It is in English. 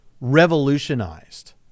revolutionized